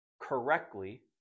correctly